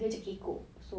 dia cam kekok